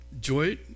Joy